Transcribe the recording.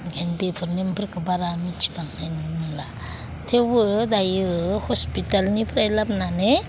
ओंखायनो बेफोर नेमफोरखौ बारा मिथिबांनाय नंला थेवबो दायो हस्पितालनिफ्राय लाबोनानै